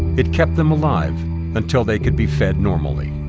it kept them alive until they could be fed normally.